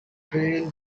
trial